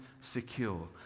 secure